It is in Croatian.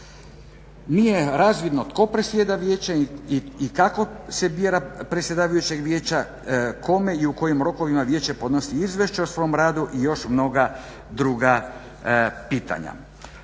Nije razvidno tko predsjeda vijećem i kako se bira predsjedavajućeg vijeća, kome i u kojim rokovima vijeće podnosi izvješće o svom radu i još mnoga druga pitanja.